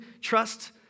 trust